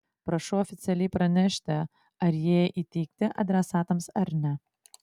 prašiau oficialiai pranešti ar jie įteikti adresatams ar ne